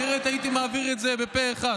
אחרת הייתי מעביר את זה פה אחד.